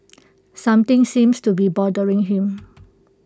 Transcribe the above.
something seems to be bothering him